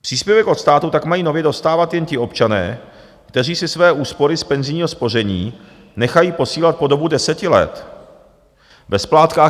Příspěvek od státu tak mají nově dostávat jen ti občané, kteří si své úspory z penzijního spoření nechají posílat po dobu deseti let ve splátkách jako rentu.